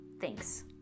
Thanks